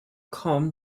com